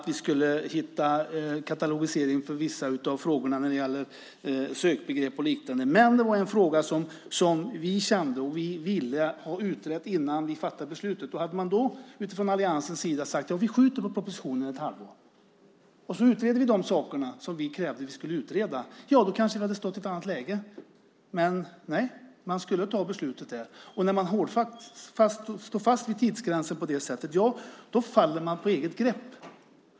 Vi skulle hitta katalogisering för vissa av frågorna när det gällde sökbegrepp och liknande. Men det var en fråga som vi kände var viktig och som vi ville ha utredd innan vi fattade beslutet. Om man då från alliansens sida hade sagt att man skjuter på propositionen ett halvår och utreder de saker som vi krävde skulle utredas så hade vi kanske stått i ett annat läge. Men nej, man skulle fatta beslutet då. När man hårdfast står fast vid tidsgränsen på det sättet faller man på eget grepp.